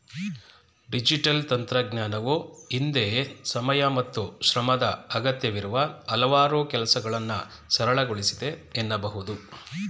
digital ತಂತ್ರಜ್ಞಾನವು ಹಿಂದೆ ಸಮಯ ಮತ್ತು ಶ್ರಮದ ಅಗತ್ಯವಿರುವ ಹಲವಾರು ಕೆಲಸಗಳನ್ನ ಸರಳಗೊಳಿಸಿದೆ ಎನ್ನಬಹುದು